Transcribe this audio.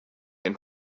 and